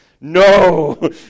no